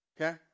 Okay